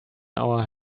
our